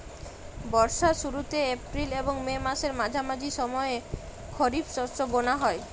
বর্ষার শুরুতে এপ্রিল এবং মে মাসের মাঝামাঝি সময়ে খরিপ শস্য বোনা হয়